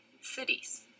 cities